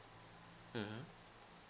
mmhmm